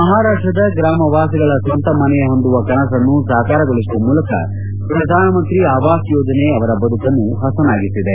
ಮಹಾರಾಷ್ಟದ ಗ್ರಾಮವಾಸಿಗಳ ಸ್ವಂತ ಮನೆಹೊಂದುವ ಕನಸನ್ನು ಸಾಕಾರಗೊಳಿಸುವ ಮೂಲಕ ಶ್ರಧಾನಮಂತ್ರಿ ಆವಾಸ್ ಯೋಜನೆ ಅವರ ಬದುಕನ್ನು ಹಸನಾಗಿಸಿದೆ